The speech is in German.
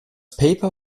paper